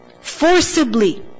forcibly